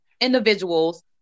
individuals